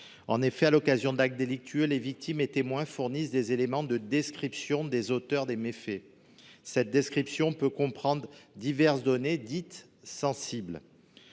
En effet, à l’occasion d’actes délictueux, les victimes et témoins fournissent des éléments de description des auteurs des méfaits, qui peuvent comprendre diverses données dites sensibles.